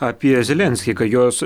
apie zelenskį ką jos